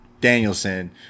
Danielson